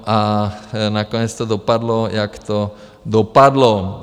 A nakonec to dopadlo, jak to dopadlo.